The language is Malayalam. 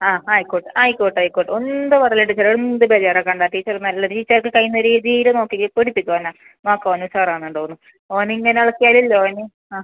ആ ആയിക്കോട്ടെ ആയിക്കോട്ടെ ആയിക്കോട്ടെ എന്തും പറയില്ല ടീച്ചറെ എന്ത് പരിഹാരം കണ്ടോ ടീച്ചറ് നല്ല ടീച്ചർക്ക് കൈയ്യുന്ന രീതിയിൽ നോക്കി പേടിപ്പിക്ക് ഓനെ നോക്കാം ഓന് ഉഷാറ് ആകുന്നുണ്ടോ എന്ന് ഓന് ഇങ്ങനെ ഓന് ആ